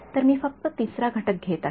तर मी फक्त तिसरा घटक घेत आहे